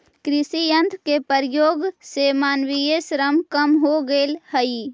कृषि यन्त्र के प्रयोग से मानवीय श्रम कम हो गेल हई